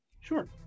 Sure